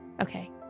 okay